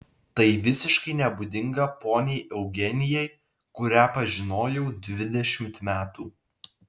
tai visiškai nebūdinga poniai eugenijai kurią pažinojau dvidešimt metų